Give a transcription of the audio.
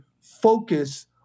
focus